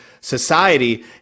society